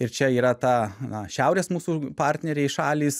ir čia yra ta na šiaurės mūsų partneriai šalys